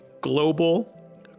global